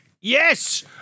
Yes